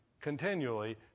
continually